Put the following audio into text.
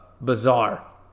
bizarre